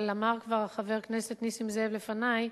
אבל אמר כבר חבר הכנסת נסים זאב לפני,